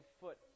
foot